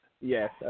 Yes